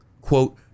quote